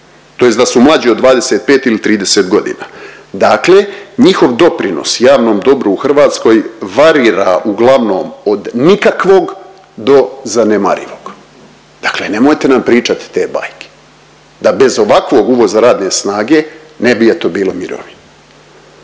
tj. da su mlađi od 25 ili 30.g., dakle njihov doprinos javnom dobru u Hrvatskoj varira uglavnom od nikakvog do zanemarivog, dakle nemojte nam pričat te bajke da bez ovakvog uvoza radne snage ne bi eto bilo mirovina.